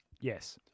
Yes